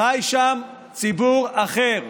חי שם ציבור אחר.